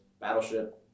Battleship